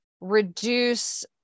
reduce